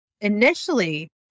initially